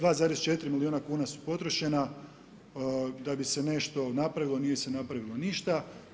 2,4 milijuna kuna su potrošena da bi se nešto napravilo, nije se napravilo ništa.